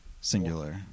Singular